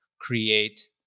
create